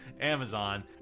Amazon